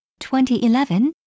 2011